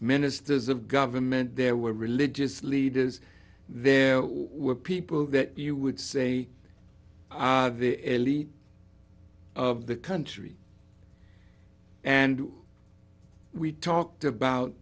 ministers of government there were religious leaders there were people that you would say the elite of the country and we talked about